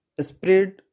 spread